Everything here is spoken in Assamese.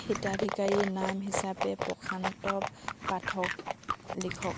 হিতাধিকাৰীৰ নাম হিচাপে প্ৰশান্ত পাঠক লিখক